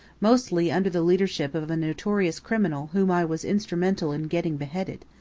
mostly under the leadership of a notorious criminal whom i was instrumental in getting beheaded.